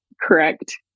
correct